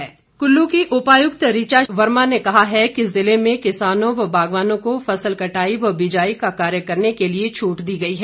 DC Kullu Kullu की उपायुक्त ऋचा वर्मा ने कहा है कि जिले में किसानों व बागवानों को फसल कटाई व बिजाई का कार्य करने के लिए छूट दी गई है